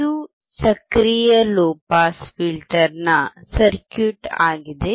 ಇದು ಸಕ್ರಿಯ low pass ಫಿಲ್ಟರ್ನ ಸರ್ಕ್ಯೂಟ್ ಆಗಿದೆ